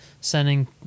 Sending